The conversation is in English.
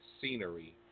scenery